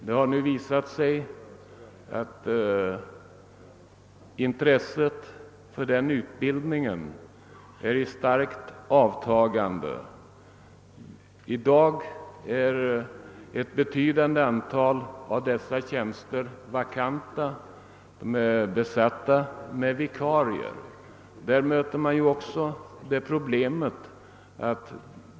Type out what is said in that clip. Det har visat sig att intresset för denna utbildning är i starkt avtagande. I dag är ett betydligt antal av dessa tjänster vakanta och besatta med vikarier.